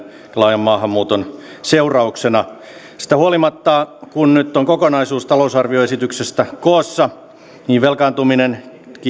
laajan maahanmuuton seurauksena siitä huolimatta kun nyt on kokonaisuus talousarvioesityksestä koossa velkaantuminenkin